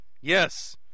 Yes